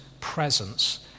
presence